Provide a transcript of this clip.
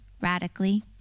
radically